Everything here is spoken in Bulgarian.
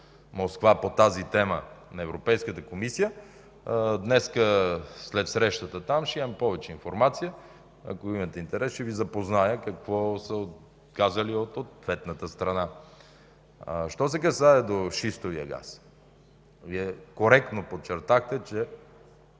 Москва по тази тема на Европейската комисия, и след срещата там ще имам повече информация, ако имате интерес ще Ви запозная какво са казали от ответната страна. Що се касае до шистовия газ, Вие коректно подчертахте, че